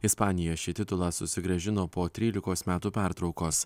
ispanija šį titulą susigrąžino po trylikos metų pertraukos